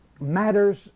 matters